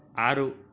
ఆరు